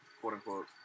quote-unquote